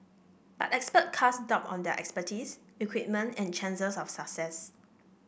but experts cast doubt on their expertise equipment and chances of success